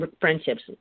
friendships